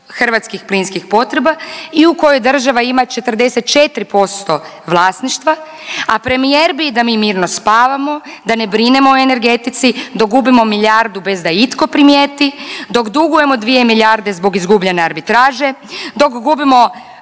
hrvatskih plinskih potreba i u kojoj država ima 44% vlasništva, a premijer bi da mi mirno spavamo, da ne brinemo o energetici dok gubimo milijardu bez da itko primijeti, dok dugujemo 2 milijarde zbog izgubljene arbitraže, dok gubimo